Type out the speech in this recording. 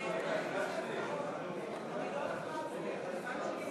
אני לא לחצתי,